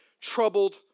troubled